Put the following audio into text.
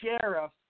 sheriff